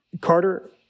Carter